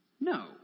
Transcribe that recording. No